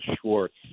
Schwartz